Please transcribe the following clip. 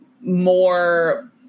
more